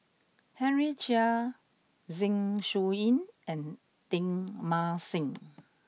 Henry Chia Zeng Shouyin and Teng Mah Seng